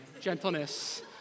gentleness